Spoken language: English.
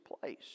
place